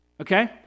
okay